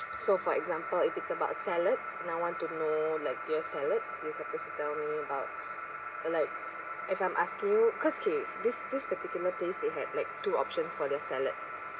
so for example if it's about salads and I want to know like their salads you're supposed to tell me about salads if I'm asking you cause okay this this particular place they had like two options for their salads